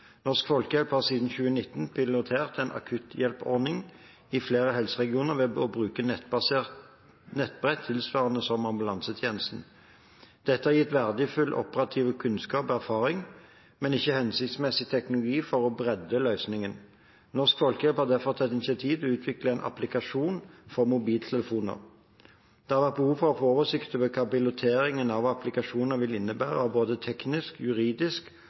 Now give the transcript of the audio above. Norsk Folkehjelp har siden 2019 pilotert en akutthjelperordning i flere helseregioner ved å bruke nettbrett tilsvarende som ambulansetjenesten. Dette har gitt verdifull operativ kunnskap og erfaring, men er ikke en hensiktsmessig teknologi for å bredde løsningen. Norsk Folkehjelp har derfor tatt initiativ til å utvikle en applikasjon for mobiltelefoner. Det har vært behov for å få oversikt over hva piloteringen av applikasjonen vil innebære både teknisk, juridisk